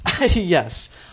Yes